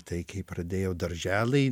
tai kai pradėjau darželį